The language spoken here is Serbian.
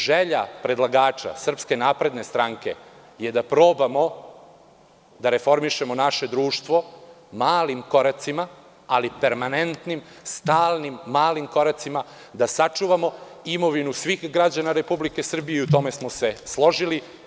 Želja predlagača, SNS, je da probamo da reformišemo naše društvo malim koracima ali permanentnim, stalnim malim koracima, da sačuvamo imovinu svih građana Republike Srbije i u tome smo se složili.